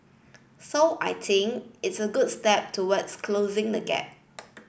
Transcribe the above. so I think it's a good step towards closing the gap